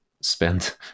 spend